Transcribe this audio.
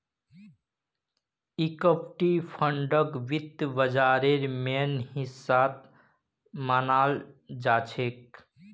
equity फंडक वित्त बाजारेर मेन हिस्सा मनाल जाछेक